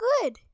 good